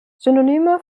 synonyme